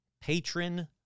patron